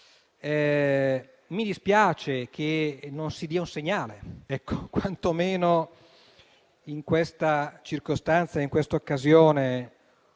mi dispiace che non si dia un segnale, quantomeno in questa circostanza, su un argomento